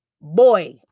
boy